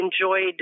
enjoyed